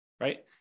right